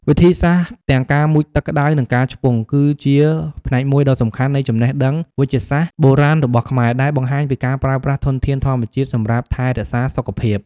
វិធីសាស្ត្រទាំងការមុជទឹកក្តៅ និងការឆ្ពង់ គឺជាផ្នែកមួយដ៏សំខាន់នៃចំណេះដឹងវេជ្ជសាស្ត្របុរាណរបស់ខ្មែរ ដែលបង្ហាញពីការប្រើប្រាស់ធនធានធម្មជាតិសម្រាប់ថែរក្សាសុខភាព។